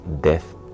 death